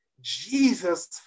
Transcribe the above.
Jesus